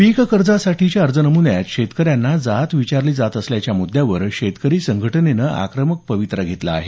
पीक कर्जासाठीच्या अर्ज नमुन्यात शेतकऱ्यांना जात विचारली जात असल्याच्या मुद्द्यावर शेतकरी संघटनेनं आक्रमक पवित्रा घेतला आहे